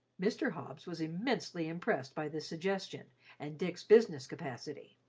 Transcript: mr. hobbs was immensely impressed by this suggestion and dick's business capacity.